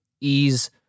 ease